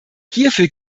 hierfür